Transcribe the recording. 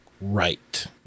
right